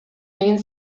egin